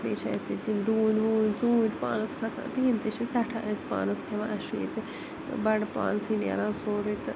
بیٚیہِ چھِ اَسہِ ییٚتہِ یِم ڈوٗنۍ ووٗنۍ ژوٗنٛٹھۍ پانَس کھَسان تہٕ یِم تہِ چھِ سٮ۪ٹھاہ أسۍ پانَس کھٮ۪وان اَسہِ چھُ بَڑٕ پانسٕے نیران سورے تہٕ